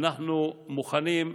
אנחנו מוכנים,